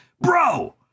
Bro